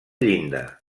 llinda